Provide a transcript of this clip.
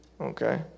Okay